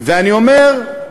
ואני אומר: